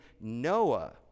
Noah